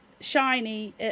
shiny